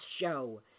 show